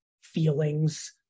feelings